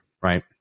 right